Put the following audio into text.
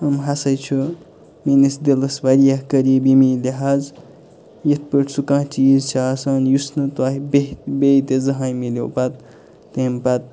یِم ہسا چھِ میٲنِس دِلَس واریاہ قریٖب ییٚمہِ لہازٕ یِتھ پٲٹھۍ سُہ کانٛہہ چیٖز چھِ آسان یُس نہٕ توہہِ بیٚیہِ بیٚیہِ تہِ زانٛہہ میلیٚو پَتہٕ تمہِ پَتہٕ